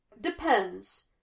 Depends